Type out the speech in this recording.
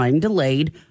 delayed